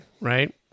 Right